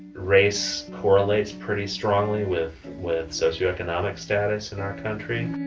race correlates prety strongly with with socioeconomic status in our country.